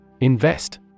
Invest